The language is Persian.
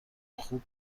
خوب